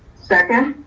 second.